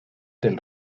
del